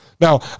Now